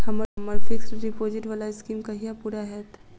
हम्मर fixed deposit वला scheme कहिया पूरा हैत?